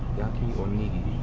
yaki onigiri.